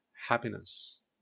happiness